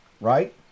Right